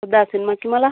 వద్దా ఆ సినిమాకి మళ్ళా